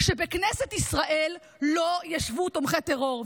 שבכנסת ישראל לא ישבו תומכי טרור.